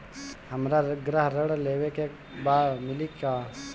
हमरा गृह ऋण लेवे के बा मिली का?